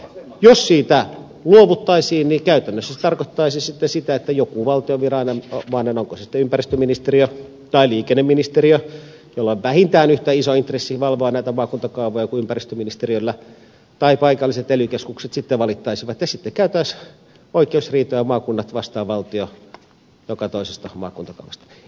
jos siitä luovuttaisiin niin käytännössä se tarkoittaisi sitten sitä että joku valtion viranomainen onko se sitten ympäristöministeriö tai liikenneministeriö jolla on vähintään yhtä iso intressi valvoa näitä maakuntakaavoja kuin ympäristöministeriöllä tai paikalliset ely keskukset sitten valittaisivat ja sitten käytäisiin oikeusriitoja maakunnat vastaan valtio joka toisesta maakuntakaavasta